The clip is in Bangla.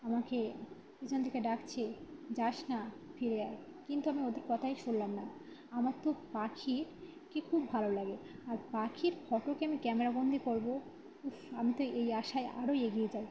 আমাকে পিছন থেকে ডাকছে যাস না ফিরে আয় কিন্তু আমি ওদের কথাই শুনলাম না আমার তো পাখি কে খুব ভালো লাগে আর পাখির ফোটোকে আমি ক্যামেরাবন্দি করব উফ আমি তো এই আশায় আরও এগিয়ে যাই